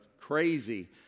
crazy